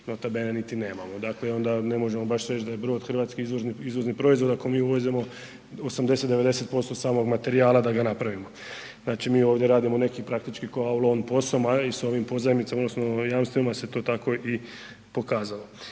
nota bene niti nemamo. Dakle onda ne možemo baš reći da je brod hrvatski izvozni proizvod ako mi uvozimo 80, 90% samog materijala da ga napravimo. Znači mi ovdje radimo praktički … posao i s ovim pozajmicama odnosno jamstvima se to tako i pokazalo.